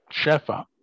shefa